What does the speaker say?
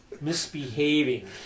misbehaving